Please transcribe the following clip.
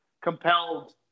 compelled